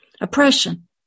Oppression